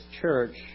church